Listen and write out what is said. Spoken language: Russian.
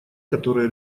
которые